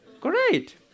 great